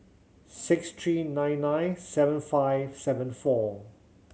six three nine nine seven five seven four